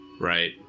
Right